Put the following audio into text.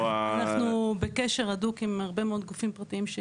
אנחנו בקשר הדוק עם הרבה מאוד גופים פרטיים.